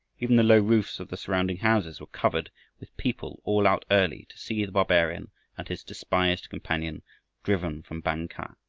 even the low roofs of the surrounding houses were covered with people all out early to see the barbarian and his despised companion driven from bang-kah,